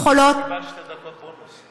שתי דקות בונוס,